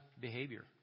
behavior